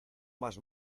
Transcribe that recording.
más